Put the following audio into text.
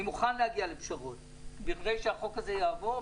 אני מוכן להגיע לפשרות בכדי שהחוק הזה יעבור,